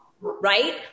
right